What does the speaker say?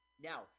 Now